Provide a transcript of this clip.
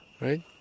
Right